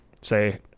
say